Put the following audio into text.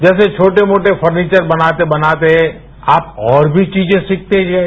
जैसे छोटे मोटे फर्नीचर बनाते बनाते आप और भी चीजे सीखते जाएं